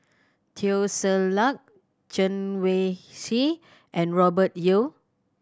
Teo Ser Luck Chen Wen Hsi and Robert Yeo